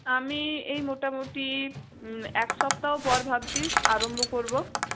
আমি এই মোটামোটি এক সপ্তাহ পর ভাবছি আরম্ভ করবো